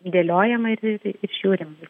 dėliojama ir ir ir žiūrim